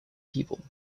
people